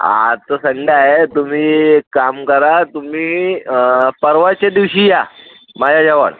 आज तर संडे आहे तुम्ही एक काम करा तुम्ही परवाच्या दिवशी या माझ्याजवळ